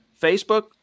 Facebook